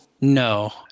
No